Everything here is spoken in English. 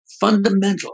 fundamental